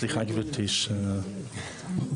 סליחה היועצת המשפטית, התחלת